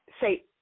say